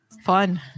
fun